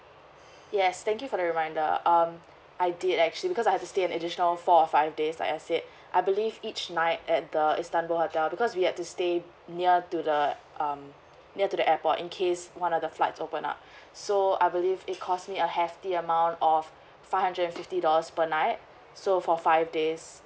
yes thank you for the reminder um I did actually because I have to stay an additional four or five days like I said I believe each night at the istanbul hotel because we had to stay near to the um near to the airport in case one of the flights open up so I believe it cost me a hefty amount of five hundred fifty dollars per night so for five days